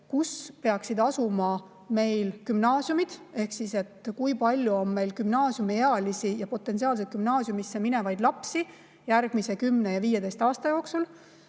kus peaksid meil asuma gümnaasiumid ehk kui palju on meil gümnaasiumiealisi ja potentsiaalselt gümnaasiumisse minevaid lapsi järgmise 10–15 aasta jooksul.